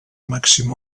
màxim